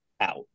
out